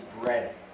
bread